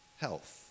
health